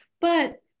but-